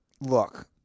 look